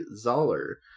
Zoller